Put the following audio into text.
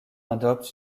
adoptent